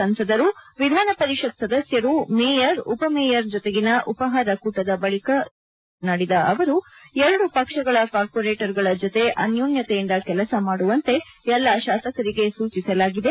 ಸಂಸದರು ವಿಧಾನ ಪರಿಷತ್ ಸದಸ್ದರು ಮೇಯರ್ ಉಪಮೇಯರ್ ಜೊತೆಗಿನ ಉಪಹಾರ ಕೂಟದ ಬಳಿಕ ಸುದ್ದಿಗಾರರರೊಂದಿಗೆ ಮಾತನಾಡಿದ ಅವರು ಎರಡು ಪಕ್ಷಗಳ ಕಾರ್ಮೋರೇಟ್ಗಳ ಜೊತೆ ಅನ್ಯೋನ್ನತೆಯಿಂದ ಕೆಲಸ ಮಾಡುವಂತೆ ಎಲ್ಲ ಶಾಸಕರಿಗೆ ಸೂಚಿಸಲಾಗಿದೆ